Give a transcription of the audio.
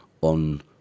on